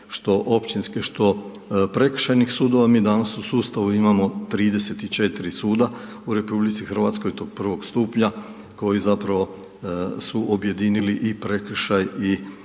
što općinskih što prekršajnih sudova, mi danas u sustavu imamo 34 suda u RH i to prvog stupnja, koji zapravo su objedinili i prekršaj i